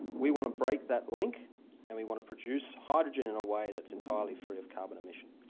we want to break that link and we want to produce hydrogen in a way that's entirely free of carbon emission.